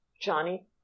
Johnny